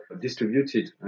distributed